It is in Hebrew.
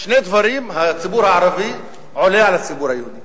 בשני דברים הציבור הערבי עולה על הציבור היהודי: